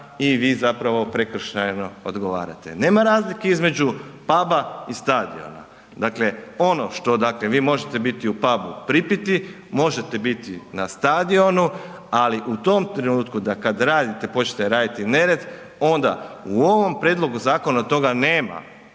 i vi zapravo prekršajno odgovarate. Nema razlike između puba i stadiona. Dakle ono što dakle vi možete biti u pubu pripiti, možete biti na stadionu ali u tom trenutku da kada počnete raditi nered onda u ovom prijedlogu zakona toga nema,